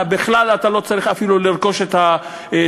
בכלל אתה לא צריך אפילו לרכוש את התוכנות,